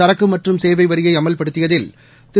சரக்கு மற்றும் சேவை வரியை அமல்படுத்தியதில் திரு